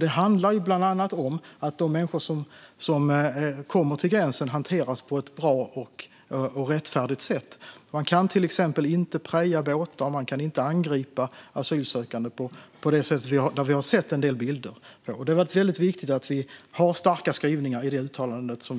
Det handlar bland annat om att de människor som kommer till gränsen hanteras på ett bra och rättfärdigt sätt. Man kan till exempel inte preja båtar eller angripa asylsökande på det sätt som vi har sett på en del bilder. Det var väldigt viktigt att vi fick starka skrivningar i uttalandet